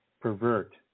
pervert